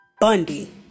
Bundy